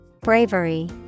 Bravery